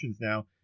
now